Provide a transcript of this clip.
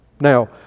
Now